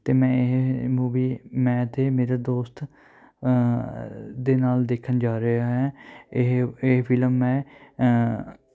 ਅਤੇ ਮੈਂ ਇਹ ਮੂਵੀ ਮੈਂ ਅਤੇ ਮੇਰਾ ਦੋਸਤ ਦੇ ਨਾਲ ਦੇਖਣ ਜਾ ਰਿਹਾ ਹੈ ਇਹ ਇਹ ਫਿਲਮ ਮੈਂ